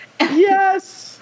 Yes